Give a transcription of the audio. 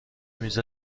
میز